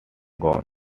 gown